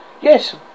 yes